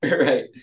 Right